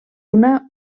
una